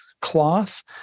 cloth